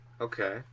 Okay